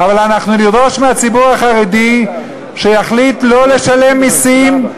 אבל אנחנו נדרוש מהציבור החרדי שיחליט לא לשלם מסים,